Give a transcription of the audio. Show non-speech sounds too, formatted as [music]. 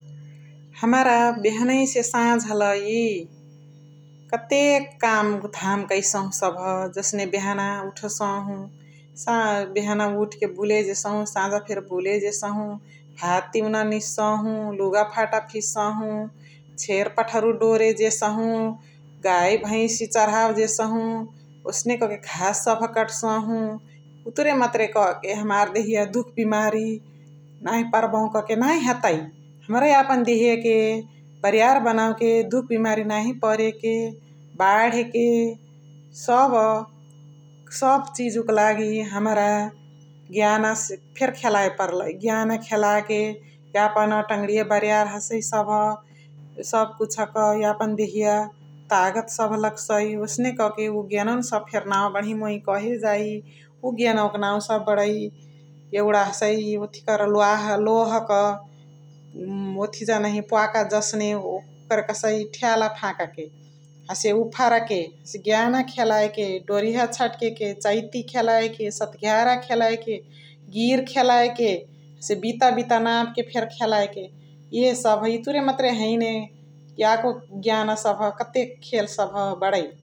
हमरा बेहनैसे साझ लाई कतेक काम धाम कैसाहु जसने बेहना उठसाउ [unintelligible] बेहना उठके बुले जेसहु । साझा फेरी बुले जेसहु । भात तिउना निझसाहु लुगा फाटा फिचसाहु । छेरी पठारु दोरे जेसहु गाइ भैसे दोरे चर्हावे जेसहु । ओसने कके घास सबह कटसाहु उतुरे मतुरे कके हमार दहिया दुख बिमारी नाही परबाहु कहाँके नाही हतइ । हमरा यापन दहियाके बारीयार बनवके दुख बिमारी नाही परके, बाण्हके सबा सबह चिजुक लागी । हमरा ज्ञान ज्ञानसे फेरी खेलाए पर्लाइ । ज्ञाना खेलाके यापन टङ्णिया बारीयार हसइ सबह । सबह कुछक यापन दहिया तागत सबह लगसाइ । ओसने कके उ गेनवा मा फेरी नानु सबह कहे जाइ । उ गेनवक नाउ सबह बणइ एगुणा हसएए ल्वाहा लोहावाक [hesitation] ओथिजा नहिया प्वाका जसने ओकरके कहसाइ ठ्याला फाकके हसे उफरके । ज्ञाना खेलाएके, डोरिहा छट्कके, चैती खेलाएके, स्त्घ्यारा खेलाएके, गिर खेलाएके, हसे बिता बिता नापके फेरी खेलाएके इहे सबह इतुरे मतुरे हैने याको ज्ञाना सबह कतेक खेल सबह बणइ ।